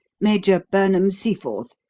major burnham-seaforth.